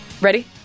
Ready